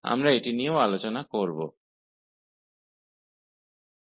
तो हम उस पर भी चर्चा करेंगे